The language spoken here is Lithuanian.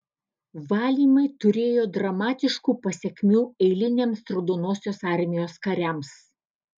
valymai turėjo dramatiškų pasekmių eiliniams raudonosios armijos kariams